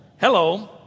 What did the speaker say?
hello